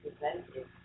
presented